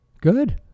Good